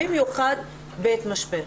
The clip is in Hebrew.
במיוחד בעת משבר.